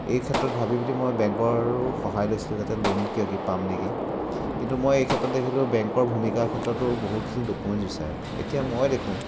এই ক্ষেত্ৰত ভাবি পিনি মই বেংকৰো সহায় লৈছিলোঁ যাতে লোন কিবাকিবি পাম নেকি কিন্তু মই এই ক্ষেত্ৰত দেখিলোঁ বেংকৰ ভূমিকাৰ ক্ষেত্ৰতো বহুতখিনি ডকুমেণ্টছ বিচাৰে এতিয়া মই দেখোঁ